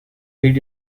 fehlt